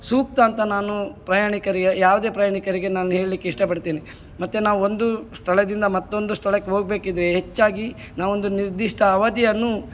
ಸೂಕ್ತ ಅಂತ ನಾನು ಪ್ರಯಾಣಿಕರಿಗೆ ಯಾವುದೇ ಪ್ರಯಾಣಿಕರಿಗೆ ನಾನು ಹೇಳಲಿಕ್ಕೆ ಇಷ್ಟಪಡ್ತೇನೆ ಮತ್ತು ನಾವು ಒಂದು ಸ್ಥಳದಿಂದ ಮತ್ತೊಂದು ಸ್ಥಳಕ್ಕೆ ಹೋಗಬೇಕಿದ್ರೆ ಹೆಚ್ಚಾಗಿ ನಾವೊಂದು ನಿರ್ದಿಷ್ಟ ಅವಧಿಯನ್ನು